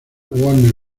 warner